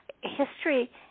history